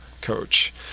coach